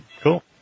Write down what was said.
Cool